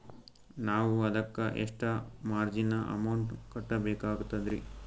ನಾವು ಅದಕ್ಕ ಎಷ್ಟ ಮಾರ್ಜಿನ ಅಮೌಂಟ್ ಕಟ್ಟಬಕಾಗ್ತದ್ರಿ?